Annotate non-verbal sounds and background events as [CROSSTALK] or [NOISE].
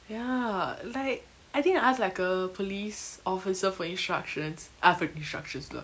ya like I think I ask like a police officer for instructions ah for instructions [NOISE]